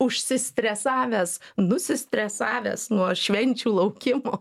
užsistresavęs nusistresavęs nuo švenčių laukimo